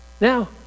Now